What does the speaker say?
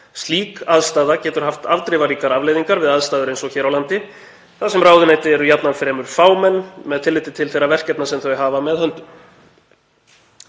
Slík aðstaða getur haft afdrifaríkar afleiðingar við aðstæður eins og hér á landi, þar sem ráðuneyti eru jafnan fremur fámenn með tilliti til þeirra verkefna sem þau hafa með höndum.“